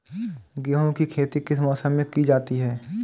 गेहूँ की खेती किस मौसम में की जाती है?